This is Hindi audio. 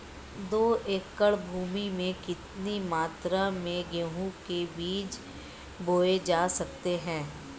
दो एकड़ भूमि में कितनी मात्रा में गेहूँ के बीज बोये जा सकते हैं?